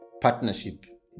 partnership